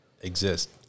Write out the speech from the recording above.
exist